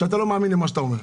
שאתה לא מאמין למה שאתה אומר.